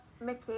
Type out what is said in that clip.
Mickey